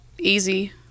easy